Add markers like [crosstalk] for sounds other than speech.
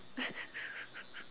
[laughs]